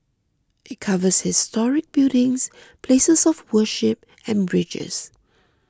it covers historic buildings places of worship and bridges